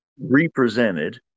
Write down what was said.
represented